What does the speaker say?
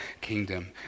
kingdom